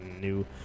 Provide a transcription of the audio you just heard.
new